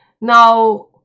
Now